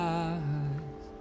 eyes